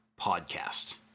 podcast